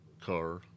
car